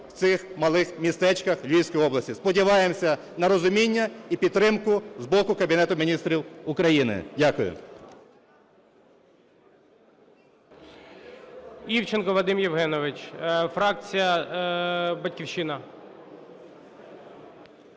в цих малих містечках Львівської області. Сподіваємося на розуміння і підтримку з боку Кабінету Міністрів України. Дякую.